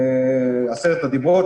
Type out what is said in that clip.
עשרת הדיברות,